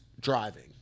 driving